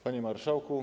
Panie Marszałku!